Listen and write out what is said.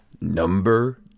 Number